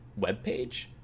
webpage